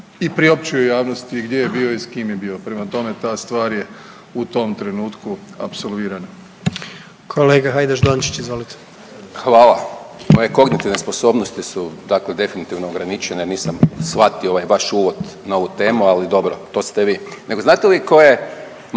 i priopćio javnosti gdje je bio i s kim je bio. Prema tome, ta stvar je u tom trenutku apsolvirana. **Jandroković, Gordan (HDZ)** Kolega Hajdaš Dončić, izvolite. **Hajdaš Dončić, Siniša (SDP)** Hvala. Ove kognitivne sposobnosti su dakle definitivno ograničene, nisam shvatio ovaj vaš uvod na ovu temu, ali dobro, to ste vi. Nego znate li tko je